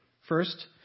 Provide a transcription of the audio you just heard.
first